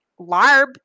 Larb